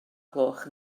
gloch